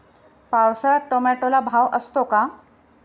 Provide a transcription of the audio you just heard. पावसाळ्यात टोमॅटोला भाव असतो का?